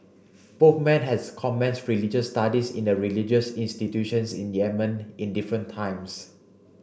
both men has commenced religious studies in a religious institutions in Yemen in different times